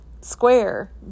square